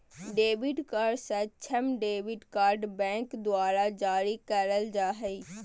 debit card सक्षम debit card bank द्वारा जारी करल जा हइ